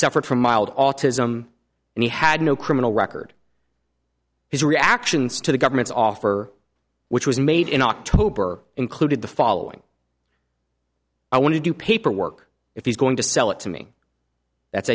suffered from mild autism and he had no criminal record his reactions to the government's offer which was made in october included the following i want to do paperwork if he's going to sell it to me that's